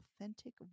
authentic